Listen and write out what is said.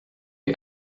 you